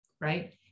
right